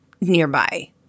nearby